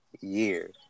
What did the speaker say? year